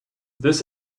this